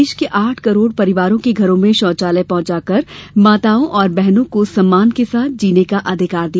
देश के आठ करोड परिवारों के घरों में शोचालय पहुंचाकर माताओं और बहनों को सम्मान के साथ जीने का अधिकार दिया